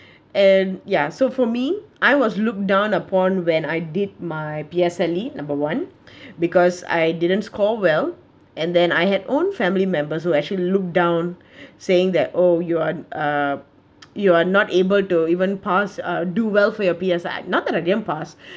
and ya so for me I was look down upon when I did my P_S_L_E number one because I didn't score well and then I had own family members who actually look down saying that oh you are uh you are not able to even pass uh do well for your P_S_L_E uh not that I didn't pass